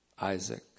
Isaac